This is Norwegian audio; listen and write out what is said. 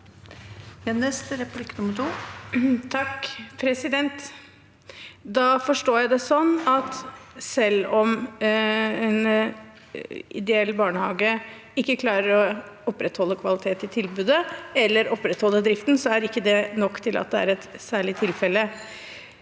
Da forstår jeg det sånn at selv om en ideell barnehage ikke klarer å opprettholde kvalitet i tilbudet eller opprettholde driften, er ikke det nok til at det er et særlig tilfelle.